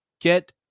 get